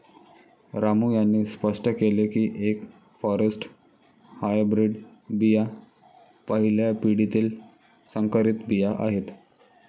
रामू यांनी स्पष्ट केले की एफ फॉरेस्ट हायब्रीड बिया पहिल्या पिढीतील संकरित बिया आहेत